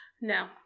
No